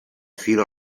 phil